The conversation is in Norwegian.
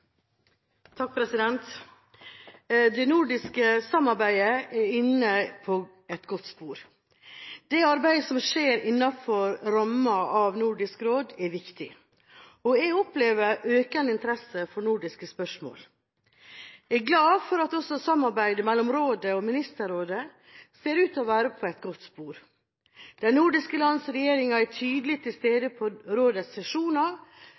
et godt spor. Det arbeidet som skjer innenfor ramma av Nordisk råd, er viktig, og jeg opplever økende interesse for nordiske spørsmål. Jeg er glad for at også samarbeidet mellom Nordisk råd og Nordisk ministerråd ser ut til å være på et godt spor. De nordiske lands regjeringer er tydelig til stede på rådets sesjoner,